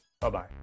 Bye-bye